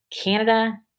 Canada